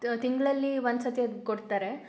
ತಿಂಗಳಲ್ಲಿ ಒಂದ್ಸತಿ ಅದು ಕೊಡ್ತಾರೆ